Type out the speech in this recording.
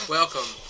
Welcome